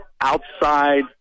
outside